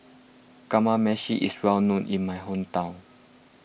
Kamameshi is well known in my hometown